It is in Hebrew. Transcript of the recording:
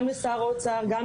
זה מייצר מרמור,